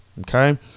okay